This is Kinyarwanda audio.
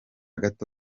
gato